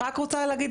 אני רק רוצה להגיד,